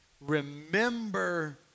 Remember